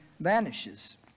vanishes